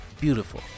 beautiful